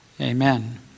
Amen